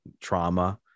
trauma